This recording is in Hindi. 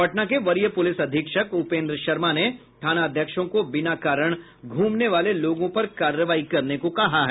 पटना के वरीय पुलिस अधीक्षक उपेन्द्र शर्मा ने थानाध्यक्षों को बिना कारण घूमने वाले लोगों पर कार्रवाई करने को कहा है